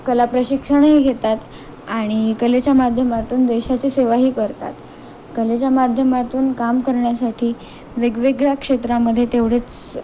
कला प्रशिक्षणही घेतात आणि कलेच्या माध्यमातून देशाची सेवाही करतात कलेच्या माध्यमातून काम करण्यासाठी वेगवेगळ्या क्षेत्रामध्ये तेवढेच